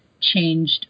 changed